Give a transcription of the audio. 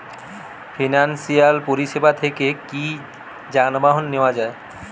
Financial পরিসেবা থেকে কি যানবাহন নেওয়া যায়?